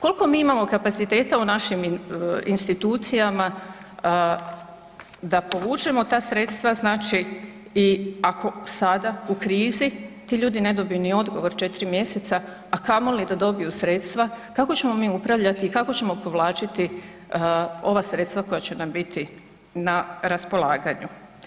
Kolko mi imamo kapaciteta u našim institucijama da povučemo ta sredstva znači i ako sada u krizi ti ljudi ne dobiju ni odgovor 4 mjeseca, a kamoli da dobiju sredstva, kako ćemo mi upravljati i kako ćemo povlačiti ova sredstva koja će nam biti na raspolaganju?